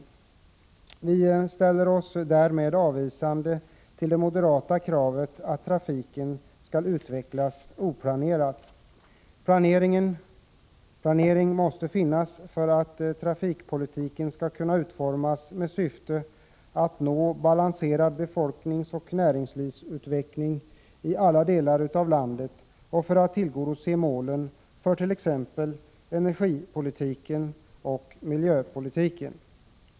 Vi ställer oss därmed avvisande till kravet från moderat håll att trafiken skall utvecklas oplanerat. Planering måste finnas för att trafikpolitiken skall kunna utformas med syfte att nå balanserad befolkningsoch näringslivsutveckling i alla delar av landet och uppfylla målen fört.ex. energipolitiken och miljöpolitiken.